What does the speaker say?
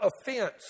offense